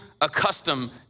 accustomed